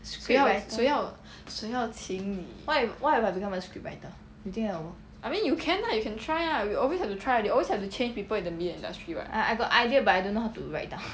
谁要谁要谁要请你 I mean you can lah you can try lah we always have to try they always have to change people in the media industry [what]